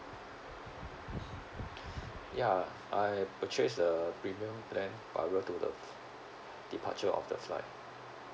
ya I purchased the premium plan prior to the departure of the flight